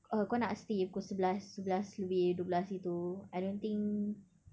err kau nak stay pukul sebelas sebelas lebih dua belas gitu I don't think